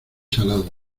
salado